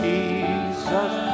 Jesus